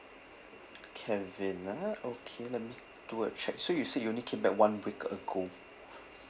kevin ah okay let me do a check so you say you only came back one week ago